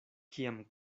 kiam